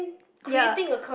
ya